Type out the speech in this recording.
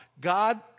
God